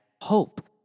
hope